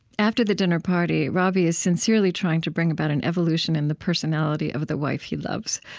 after the dinner party, rabih is sincerely trying to bring about an evolution in the personality of the wife he loves.